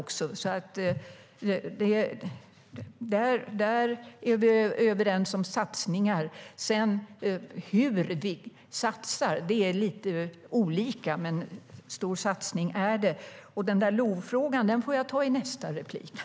Vi är överens om satsningar, men det är olika hur vi satsar. Fast en stor satsning är det.